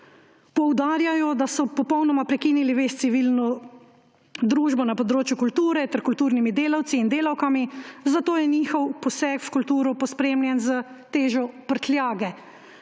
Poudarjajo, da so popolnoma prekinili vez s civilno družbo na področju kulture ter kulturnimi delavci in delavkami, zato je njihov poseg v kulturo pospremljen s težo prtljage